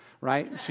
right